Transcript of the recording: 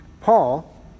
Paul